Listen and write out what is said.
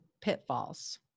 pitfalls